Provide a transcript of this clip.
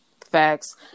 Facts